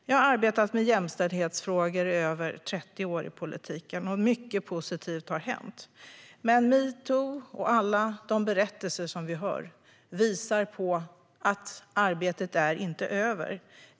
Jag har arbetat med jämställdhetsfrågor i över 30 år i politiken. Mycket positivt har hänt. Men metoo och alla de berättelser vi hör visar att arbetet inte är över.